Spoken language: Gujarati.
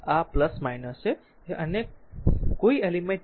તેથી અહીં કોઈ અન્ય એલિમેન્ટ નથી